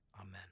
Amen